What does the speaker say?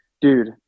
dude